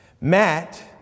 Matt